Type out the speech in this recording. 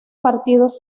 partidos